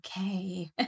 okay